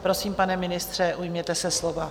Prosím, pane ministře, ujměte se slova.